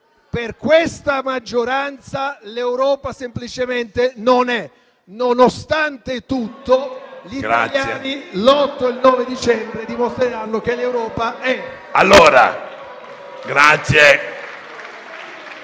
per questa maggioranza l'Europa semplicemente non è. Nonostante tutto, gli italiani l'8 e il 9 giugno dimostreranno che l'Europa è. *(Applausi.